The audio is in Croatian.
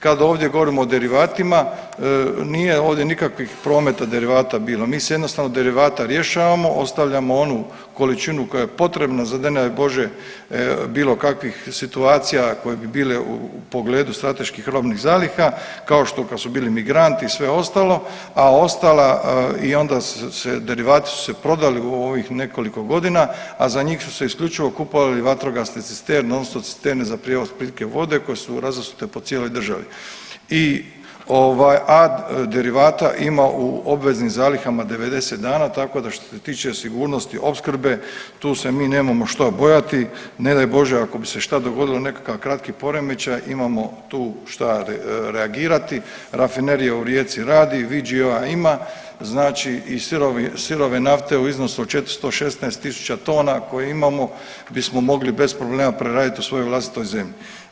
Kad ovdje govorimo o derivatima, nije ovdje nikakvih prometa derivata bilo, mi se jednostavno derivata rješavamo ostavljamo onu količinu koja je potrebna za ne daj Bože bilo kakvih situacija koje bi bile u pogledu strateških robnih zaliha, kao što kad su bili migranti i sve ostalo a ostala i onda se derivati su se prodali u ovih nekoliko godina, a za njih su se isključivo kupovali vatrogasne cisterne, ... cisterne za prijevoz pitke vode koje su razasute po cijeloj državi i ovaj, a derivata ima u obveznim zalihama 90 dana, tako da što se tiče sigurnosti opskrbe, tu se mi nemamo što bojati, ne daj Bože ako bi se šta dogodilo, nekakav kratki poremećaj, imamo tu šta reagirati, rafinerija u Rijeci radi, ... ima, znači i sirove nafte u iznosu od 416 tisuća tona koje imamo bismo mogli bez problema preraditi u svojoj vlastitoj zemlji.